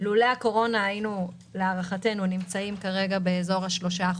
לולא הקורונה היינו להערכתנו נמצאים כרגע באזור ה-3%.